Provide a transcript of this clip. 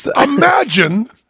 imagine